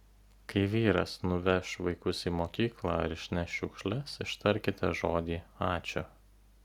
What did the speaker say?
kai vyras nuveš vaikus į mokyklą ar išneš šiukšles ištarkite žodį ačiū